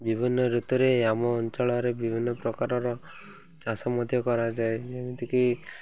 ବିଭିନ୍ନ ଋତୁରେ ଆମ ଅଞ୍ଚଳରେ ବିଭିନ୍ନ ପ୍ରକାରର ଚାଷ ମଧ୍ୟ କରାଯାଏ ଯେମିତିକି